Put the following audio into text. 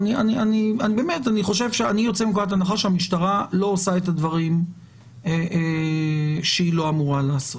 אני יוצא מנקודת הנחה שהמשטרה לא עושה את הדברים שהיא לא אמורה לעשות.